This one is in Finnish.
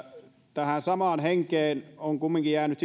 tähän samaan henkeen on kumminkin jäänyt